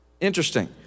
interesting